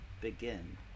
begin